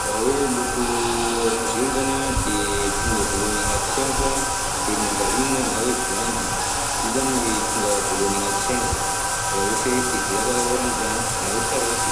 Raha hoe loko orange ndreka zany an, de tonga voalohany agnaty saignako an de ny mandarine na hoe voangy, io zany tonga voalohany agnaty saignako, raha ohatry izy ndreka orange zany na hoe karaoty